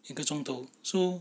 一个钟头 so